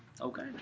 Okay